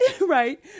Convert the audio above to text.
right